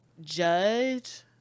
judge